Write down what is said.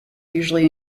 usually